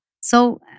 So-